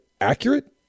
accurate